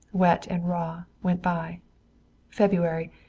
wet and raw, went by february,